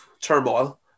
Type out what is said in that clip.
turmoil